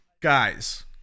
guys